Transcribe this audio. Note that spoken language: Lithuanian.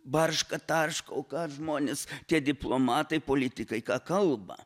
barška tarška o ką žmonės tie diplomatai politikai ką kalba